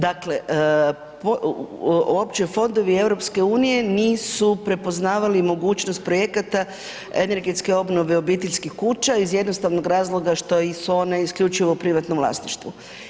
Dakle, uopće fondovi EU nisu prepoznavali mogućnost projekta energetske obnove obiteljskih kuća iz jednostavnog razloga što su one isključivo u privatnom vlasništvu.